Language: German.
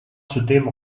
zudem